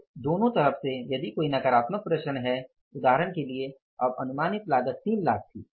तो दोनों तरह से यदि कोई नकारात्मक प्रसरण है उदाहरण के लिए अब अनुमानित लागत 3 लाख थी